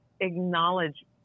acknowledge